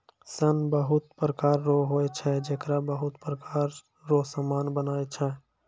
सन बहुत प्रकार रो होय छै जेकरा बहुत प्रकार रो समान बनै छै